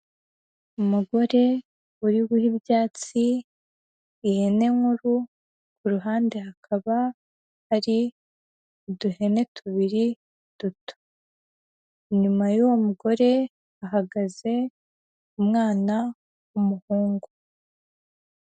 Umugore uri guha ibyatsi ihene nkuru, ku ruhande hakaba hari uduhene tubiri, duto. Inyuma y'uwo mugore, hahagaze umwana w'umuhungu.